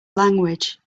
language